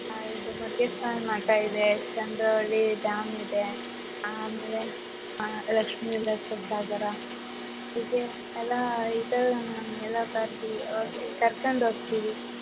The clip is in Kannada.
ಇದು ಮುರ್ಗೇಶ್ವರನ ಮಠ ಇದೆ ಚಂದ್ರವಳ್ಳಿ ಡ್ಯಾಮ್ ಇದೆ ಆಮೇಲೆ ಲಕ್ಷ್ಮೀ ವಿಲಾಸ ಸಾಗರ ಹೀಗೇ ಎಲ್ಲ ಇದ್ದಾವೆ ಮೇಡಮ್ ಎಲ್ಲ ಬನ್ನಿ ಕರ್ಕಂಡು ಹೋಗ್ತೀವಿ